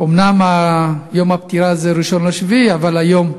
אומנם יום הפטירה הוא 1 ביולי, אבל היום,